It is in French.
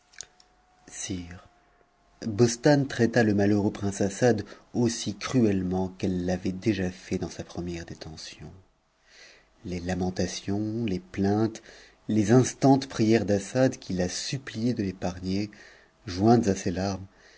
bostane traita le malheureux prince assad aussi cruellement qu'elle l'avait déjà fait dans sa première détention les lamentations les plaintes les instantes prières d'assad qui la suppliait de l'épargner jointes à ses larmes